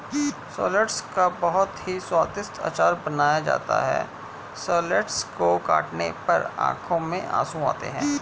shallots का बहुत ही स्वादिष्ट अचार बनाया जाता है शैलोट्स को काटने पर आंखों में आंसू आते हैं